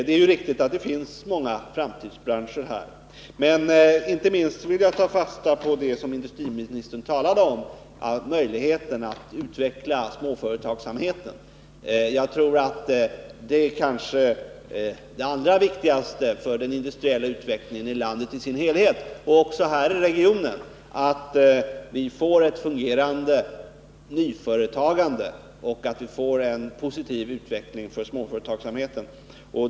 Det är viktigt att det finns många framtidsbranscher här. Inte minst vill jag ta fasta på det som industriministern sade om möjligheten att utveckla småföretagsamheten. Jag tror att det kanske är det allra viktigaste för den industriella utvecklingen i landet i sin helhet och även här i regionen att vi får ett fungerande nyföretagande och en positiv utveckling för småföretagsamheten.